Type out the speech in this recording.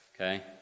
Okay